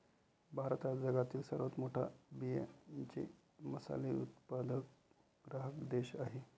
भारत हा जगातील सर्वात मोठा बियांचे मसाले उत्पादक ग्राहक देश आहे